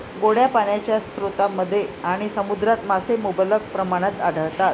गोड्या पाण्याच्या स्रोतांमध्ये आणि समुद्रात मासे मुबलक प्रमाणात आढळतात